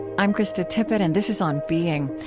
i'm krista tippett, and this is on being.